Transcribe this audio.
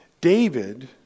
David